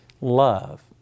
love